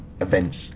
events